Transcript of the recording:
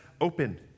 open